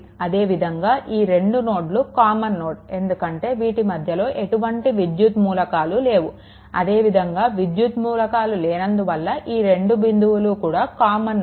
అదేవిధంగా ఈ రెండు నోడ్లు కామన్ నోడ్ ఎందుకంటే వీటి మధ్యలో ఎటువంటి విద్యుత్ మూలకాలు లేవు అదే విధంగా విద్యుత్ మూలకాలు లేనందువల్ల ఈ రెండు బిందువులు కూడా కామన్ నోడ్